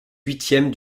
huitième